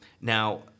Now